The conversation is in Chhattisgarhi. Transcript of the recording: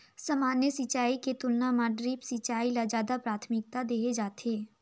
सामान्य सिंचाई के तुलना म ड्रिप सिंचाई ल ज्यादा प्राथमिकता देहे जाथे